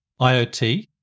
IoT